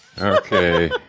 Okay